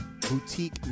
boutique